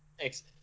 Thanks